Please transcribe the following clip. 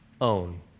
own